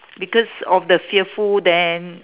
because of the fearful then